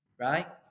Right